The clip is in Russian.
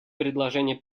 предложение